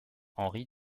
henry